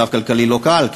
המצב הכלכלי לא קל,